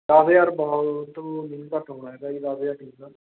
ਦਸ ਹਜ਼ਾਰ ਬਹੁਤ ਨਹੀਂ ਘੱਟ ਹੋਣਾ ਹੈਗਾ ਜੀ ਦਸ ਹਜ਼ਾਰ ਠੀਕ ਆ